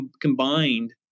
combined